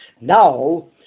Now